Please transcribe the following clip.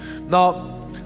Now